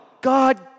God